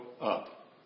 up